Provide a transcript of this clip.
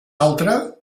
altra